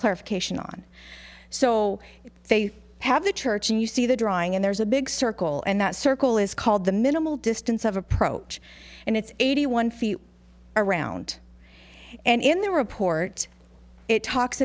clarification on so they have a church and you see the drawing and there's a big circle and that circle is called the minimal distance of approach and it's eighty one feet around and in the report it talks